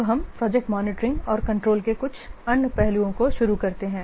अब हम project monitoring और कंट्रोल के कुछ अन्य पहलुओं को शुरू करते हैं